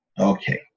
Okay